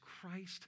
Christ